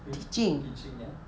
eh teaching ya